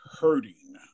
hurting